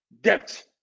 debt